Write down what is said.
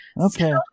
Okay